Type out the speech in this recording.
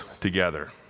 together